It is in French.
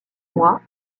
moi